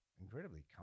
incredibly